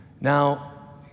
now